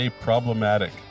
problematic